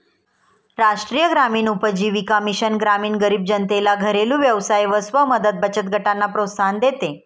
राष्ट्रीय ग्रामीण उपजीविका मिशन ग्रामीण गरीब जनतेला घरेलु व्यवसाय व स्व मदत बचत गटांना प्रोत्साहन देते